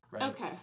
Okay